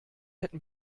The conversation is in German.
hätten